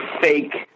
fake